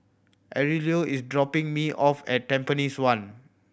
Aurelio is dropping me off at Tampines One